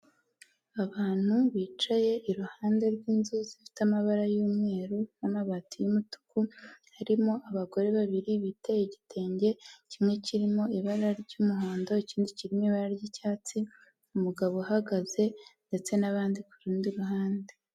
Abantu bicaye iruhande rw'inzu zifite amabara y'umweru n'amabati'umutuku, harimo abagore babiri biteye igitenge, kimwe kirimo ibara ry'umuhondo, ikindi kirimo ibara ry'icyatsi, umugabo uhagaze ndetse n'abandi ku rundi ruhande.